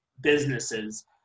businesses